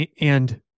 And-